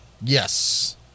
Yes